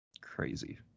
crazy